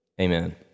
Amen